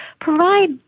provide